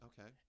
Okay